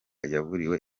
yaburiwe